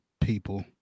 people